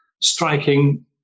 striking